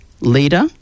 leader